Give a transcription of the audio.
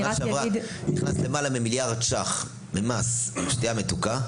שנה שעברה נכנס למעלה ממליארד ש"ח ממס שתייה מתוקה,